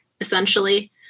essentially